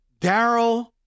Daryl